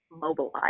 mobilize